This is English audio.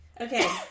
Okay